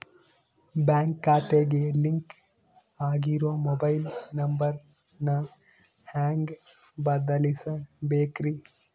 Bank ಖಾತೆಗೆ link ಆಗಿರೋ mobile number ನ ಹೆಂಗ್ ಬದಲಿಸಬೇಕ್ರಿ?